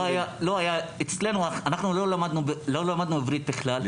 אנחנו לא למדנו עברית בכלל.